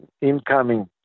incoming